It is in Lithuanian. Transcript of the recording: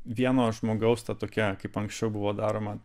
vieno žmogaus ta tokia kaip anksčiau buvo daroma